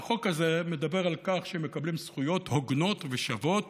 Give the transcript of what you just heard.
והחוק הזה מדבר על כך שמקבלים זכויות הוגנות ושוות